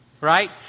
right